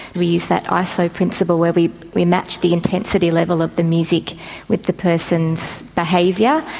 we use that iso-principle where we we match the intensity level of the music with the person's behaviour,